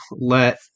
let